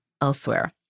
elsewhere